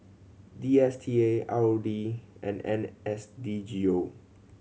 D S T A R O D and N S D G O